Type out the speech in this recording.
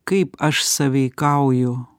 kaip aš sąveikauju